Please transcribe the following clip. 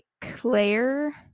Claire